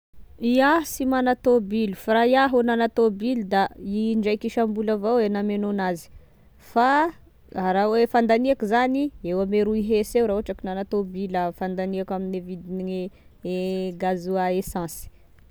Iaho sy magna tôbily fa raha iaho nagna tôbily da indraiky isam-bola avao nameno anazy, fa raha hoe fandaniako zany eo amy roy hesy eo raha ohatry ka nagna tôbily iaho, fandaniako amine vidine gazoa- esansy.